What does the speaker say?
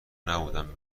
نبودم